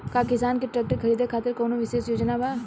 का किसान के ट्रैक्टर खरीदें खातिर कउनों विशेष योजना बा?